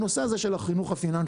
הנושא הזה של החינוך הפיננסי.